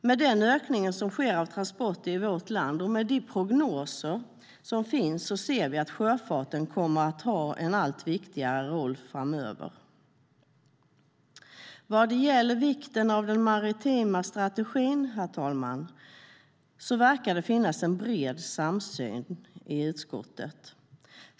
Med den ökning som sker av transporter i vårt land och med de prognoser som finns ser vi att sjöfarten kommer att ha en allt viktigare roll framöver. Vad gäller vikten av den maritima strategin, herr talman, verkar det finnas en bred samsyn i utskottet.